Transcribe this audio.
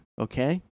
okay